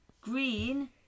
green